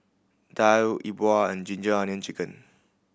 daal E Bua and Ginger Onions Chicken